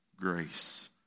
Grace